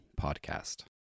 podcast